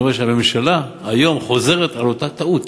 אני רואה שהממשלה היום חוזרת על אותה טעות.